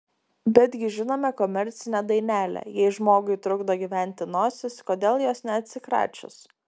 betgi žinome komercinę dainelę jei žmogui trukdo gyventi nosis kodėl jos neatsikračius